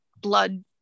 blood